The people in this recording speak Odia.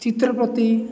ଚିତ୍ର ପ୍ରତି